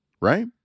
right